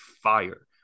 fire